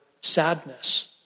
sadness